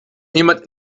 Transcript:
jemand